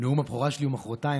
נאום הבכורה שלי הוא מוחרתיים,